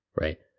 Right